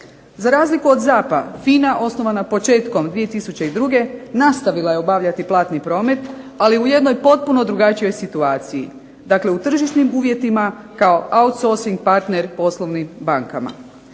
Za razliku od ZAP-a FINA osnovana početkom 2002. nastavila je obavljati platni promet, ali u jednoj potpuno drugačijoj situaciji. Dakle, u tržišnim uvjetima kao outsorcing partner poslovnim bankama.